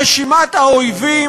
רשימת האויבים,